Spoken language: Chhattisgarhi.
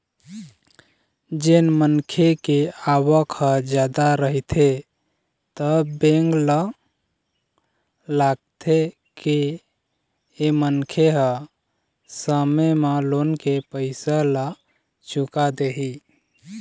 जेन मनखे के आवक ह जादा रहिथे त बेंक ल लागथे के ए मनखे ह समे म लोन के पइसा ल चुका देही